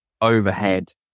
overhead